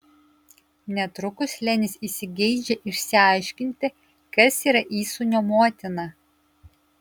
netrukus lenis įsigeidžia išsiaiškinti kas yra įsūnio motina